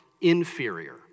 inferior